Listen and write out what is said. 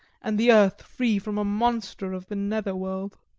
and the earth free from a monster of the nether world.